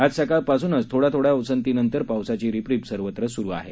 आज सकाळ पासुनचं थोड्या थोड्या उसंती नंतर पावसाची रिपरिप सर्वत्र स्रू आहे